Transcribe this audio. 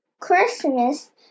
Christmas